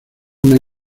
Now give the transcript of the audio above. una